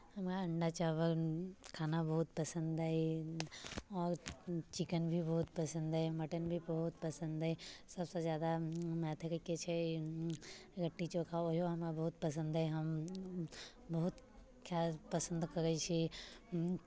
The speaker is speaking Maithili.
हमरा अण्डा चावल खाना बहुत पसन्द अइ आओर चिकन भी बहुत पसन्द अइ मटन भी बहुत पसन्द अइ सभसँ ज्यादा मैथिलीके छै लिट्टी चोखा ओहियो हमरा बहुत पसन्द अइ हम बहुत खाय पसन्द करैत छी